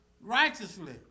righteously